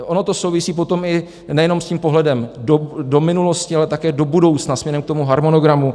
Ono to souvisí potom i nejenom s tím pohledem do minulosti, ale také do budoucna směrem k tomu harmonogramu.